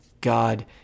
God